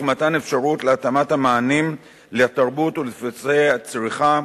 מתן אפשרות להתאמת המענים לתרבות ולדפוסי הצריכה